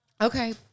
Okay